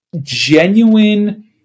genuine